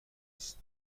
است